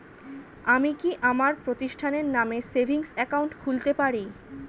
আমি কি আমার প্রতিষ্ঠানের নামে সেভিংস একাউন্ট খুলতে পারি?